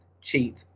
cheat